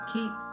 Keep